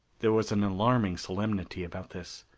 there was an alarming solemnity about this.